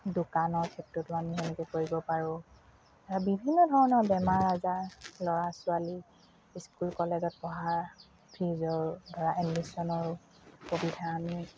দোকানৰ ক্ষেত্ৰতো আমি সেনেকৈ কৰিব পাৰোঁ আৰু বিভিন্ন ধৰণৰ বেমাৰ আজাৰ ল'ৰা ছোৱালী স্কুল কলেজত পঢ়া ফীজৰ ধৰা এডিমচনৰো সুবিধা আমি